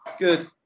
Good